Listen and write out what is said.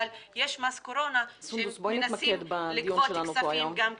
אבל יש מס קורונה, שמנסים לגבות כספים גם כן.